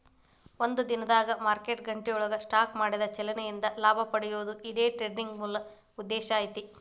ಒಂದ ದಿನದಾಗ್ ಮಾರ್ಕೆಟ್ ಗಂಟೆಯೊಳಗ ಸ್ಟಾಕ್ ಮಾಡಿದ ಚಲನೆ ಇಂದ ಲಾಭ ಪಡೆಯೊದು ಈ ಡೆ ಟ್ರೆಡಿಂಗಿನ್ ಮೂಲ ಉದ್ದೇಶ ಐತಿ